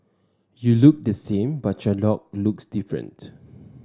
you look the same but your dog looks different